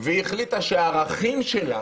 והיא החליטה שהערכים שלה